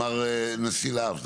נשיא לה"ב,